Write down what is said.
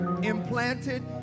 implanted